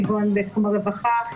כגון בתחום הרווחה,